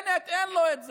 בנט, אין לו את זה,